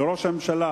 אל ראש הממשלה,